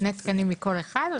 שני תקנים מכל אחד?